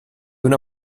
una